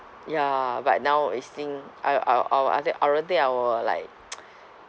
ya but now this thing I'll I'll I'll I think I don't think I will like